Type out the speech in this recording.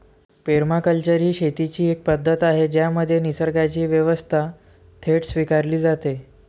permaculture ही शेतीची एक पद्धत आहे ज्यामध्ये निसर्गाची व्यवस्था थेट स्वीकारली जाते